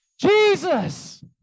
Jesus